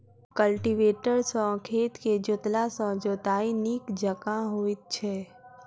cultivator सॅ खेत के जोतला सॅ जोताइ नीक जकाँ होइत छै